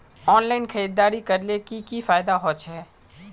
Online खरीदारी करले की की फायदा छे?